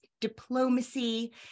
diplomacy